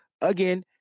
again